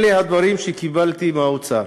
אלה הדברים שקיבלתי מהאוצר: